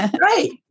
Right